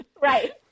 right